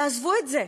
תעזבו את זה.